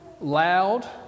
loud